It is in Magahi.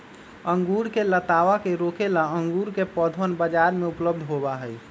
अंगूर के लतावा के रोके ला अंगूर के पौधवन बाजार में उपलब्ध होबा हई